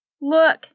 Look